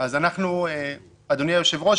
אדוני היושב-ראש,